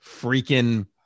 freaking